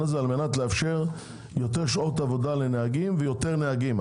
הזה כדי לאפשר יותר שעות עבודה לנהגים ויותר נהגים.